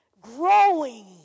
growing